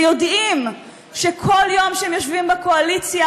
ויודעים שכל יום שהם יושבים בקואליציה,